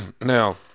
now